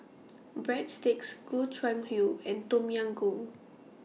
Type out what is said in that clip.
Breadsticks Gobchang Gui and Tom Yam Goong